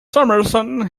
summerson